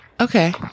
Okay